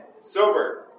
sober